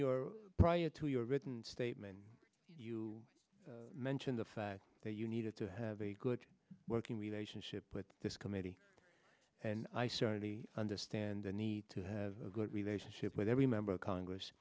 your prior to your written statement you mentioned the fact that you needed to have a good working relationship with this committee and i certainly understand the need to have a good relationship with every member of congress